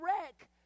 wreck